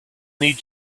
need